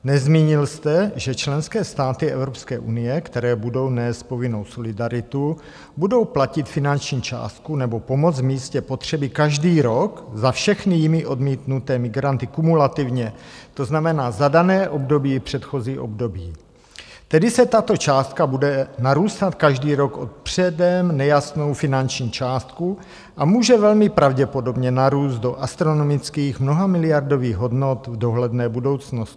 Nezmínil jste, že členské státy Evropské unie, které budou nést povinnou solidaritu, budou platit finanční částku nebo pomoc v místě potřeby každý rok za všechny jimi odmítnuté migranty kumulativně, to znamená za dané období i předchozí období, tedy tato částka bude narůstat každý rok o předem nejasnou finanční částku a může velmi pravděpodobně narůst do astronomických, mnohamiliardových hodnot v dohledné budoucnosti.